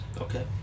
Okay